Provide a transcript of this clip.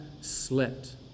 slept